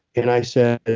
and i said,